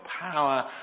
power